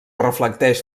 reflecteix